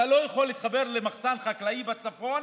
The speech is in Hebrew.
אתה לא יכול לחבר מחסן חקלאי בצפון